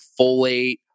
folate